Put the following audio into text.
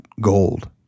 gold